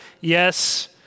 Yes